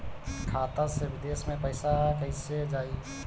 खाता से विदेश मे पैसा कईसे जाई?